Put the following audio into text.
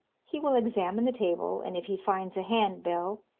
he will examine the table, and if he finds a hand-bell,